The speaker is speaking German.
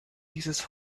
dieses